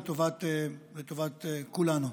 לטובת כולנו.